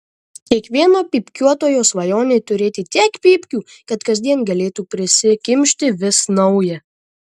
kiekvieno pypkiuotojo svajonė turėti tiek pypkių kad kasdien galėtų prisikimšti vis naują